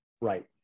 right